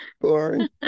Boring